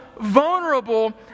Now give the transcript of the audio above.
vulnerable